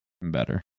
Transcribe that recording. Better